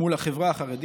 מול החברה החרדית"